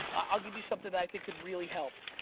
i'll give you something that i think could really help.